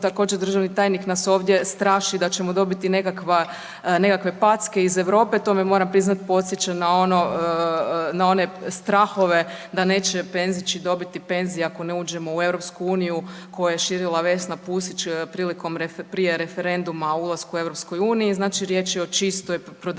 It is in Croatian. također državni tajnik nas ovdje straši da ćemo dobiti nekakve packe iz Europe, to me moram priznat podsjeća na one strahove da neće penzići dobiti penzije ako ne uđemo u EU koje je širila Vesna Pusić prilikom, prije referenduma o ulasku u EU, znači riječ je o čistoj, prodavanju